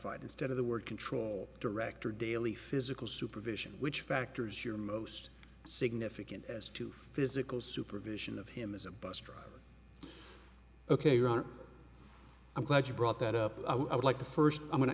d instead of the word control director daily physical supervision which factors your most significant as to physical supervision of him as a bus driver ok ron i'm glad you brought that up i would like to first i'm going to